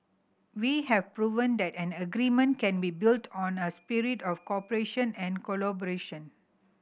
we have proven that an agreement can be built on a spirit of cooperation and collaboration